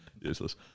Useless